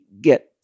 get